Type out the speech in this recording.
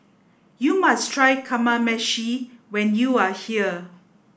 you must try Kamameshi when you are here